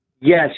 Yes